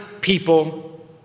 people